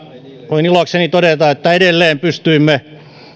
voin ilokseni todeta että edelleen pystyimme